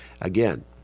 Again